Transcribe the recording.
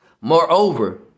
Moreover